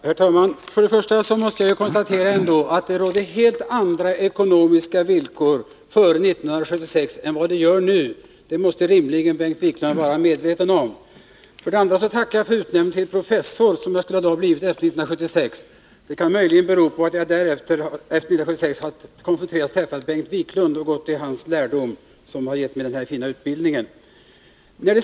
Herr talman! För det första måste jag konstatera att det rådde helt andra ekonomiska villkor före 1976 än det gör nu. Det måste Bengt Wiklund rimligen vara medveten om. För det andra tackar jag för utnämningen till professor, som jag skulle ha blivit efter 1976. Det kan möjligen bero på att jag efter 1976 har konfronterats med Bengt Wiklund och gått i hans lära — det kan ha gett mig den fina utbildningen.